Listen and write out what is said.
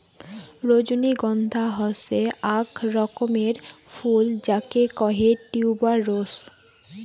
রজনীগন্ধা হসে আক রকমের ফুল যাকে কহে টিউবার রোস